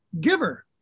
giver